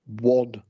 one